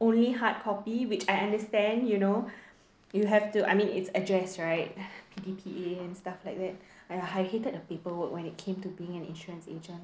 only hard copy which I understand you know you have to I mean it's address right P_D_P_A and stuff like that I I hated the paperwork when it came to being an insurance agent